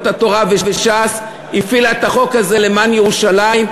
התורה וש"ס הפעילו את החוק הזה למען ירושלים,